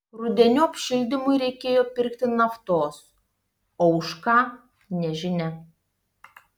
rudeniop šildymui reikėjo pirkti naftos o už ką nežinia